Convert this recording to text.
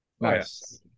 nice